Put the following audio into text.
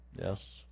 yes